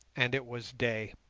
and it was day.